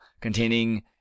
containing